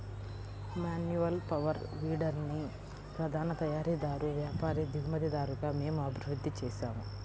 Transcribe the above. manual power వీడర్ని ప్రధాన తయారీదారు, వ్యాపారి, దిగుమతిదారుగా మేము అభివృద్ధి చేసాము